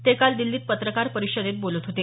ते काल दिल्लीत पत्रकात परिषदेत बोलत होते